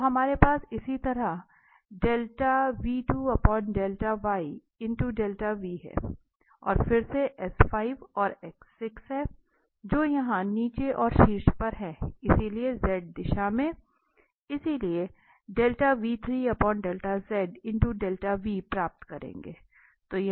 तो हमारे पास इसी तरह है और फिर से और है जो यहां नीचे और शीर्ष पर है इसलिए z दिशा मेंइसलिए प्राप्त करेंगे